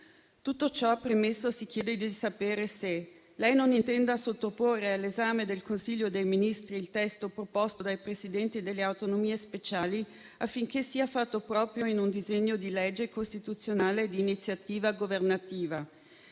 Tutto ciò premesso, si chiede di sapere se lei non intenda sottoporre all'esame del Consiglio dei ministri il testo proposto dai Presidenti delle autonomie speciali, affinché sia fatto proprio in un disegno di legge costituzionale di iniziativa governativa.